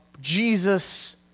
Jesus